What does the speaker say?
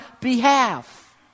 behalf